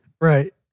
Right